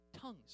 tongues